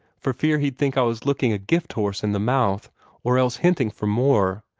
for fear he'd think i was looking a gift horse in the mouth or else hinting for more.